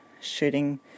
shooting